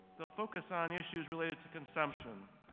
they'll focus on issues related to consumption,